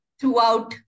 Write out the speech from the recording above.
throughout